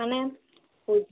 মানে ভোট